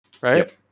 right